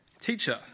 Teacher